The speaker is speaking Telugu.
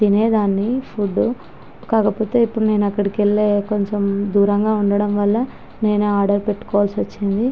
తినేదాన్ని ఫుడ్ కాకపోతే ఇప్పుడు నేను అక్కడికి వెళ్ళే కొంచెం దూరంగా ఉండడం వల్ల నేను ఆర్డర్ పెట్టుకోవలసి వచ్చింది